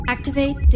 Activate